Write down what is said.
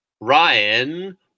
Ryan